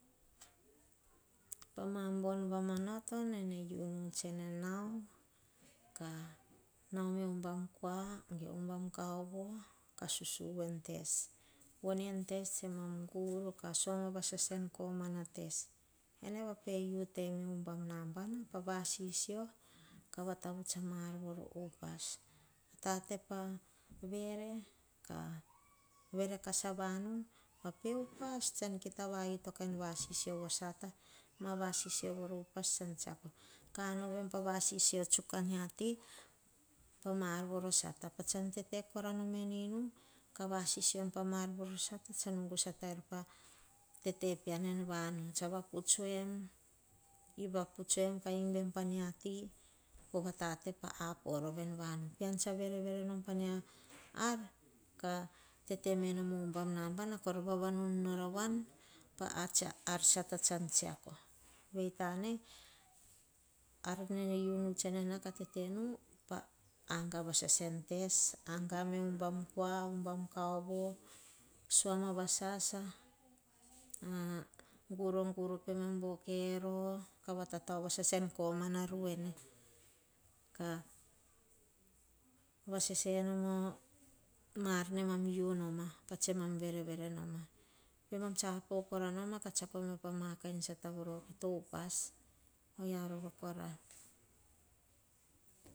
Pa ma bon vumanoto nene unu tsene nao. Kah nao me oh bam kua-ge ubam kaovo. Susuvu n tes voni en tes, tsemem suama. Kah guru vasasa ene vape u teme oh ubam nambana. Vasisio ka vatavuts ama ar vor upas. Tate pavere kas avanu vape upas tsan kita vau to vasisio sata. Nava sisio voro upas tsan tsiako. Pa vasisio tsuk amia ti pama voro sata, tsa nugu sata teir pah tete pean. En vanu, tsa vaputs eim. Imbem pa mia ti pova tate pa aporo va en vanu. Pean tsa verevere pa miar ka tete me nom oh bam namba kor vavanun nor avoan pa ar sata tsan tsiako. Ar nene unu tsene tetenu pahaga vasaka en tes, aga me o kero. O kavatatao vasasa en komana ruene. Vasese oma ama ar nenam unoma tse mam vere vere noma. Peman tsa aporo noma, ka tsiako pama sata kita upas, ohia rova kora.